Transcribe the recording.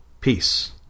Peace